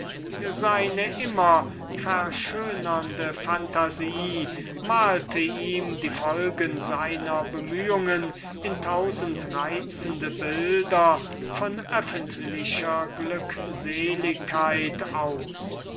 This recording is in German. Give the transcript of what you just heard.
sein seine immer verschönernde phantasie malte ihm die folgen seiner bemühungen in tausend reizende bilder von öffentlicher glückseligkeit